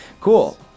Cool